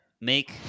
make